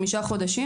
חמישה חודשים,